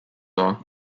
are